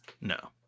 No